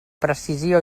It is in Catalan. precisió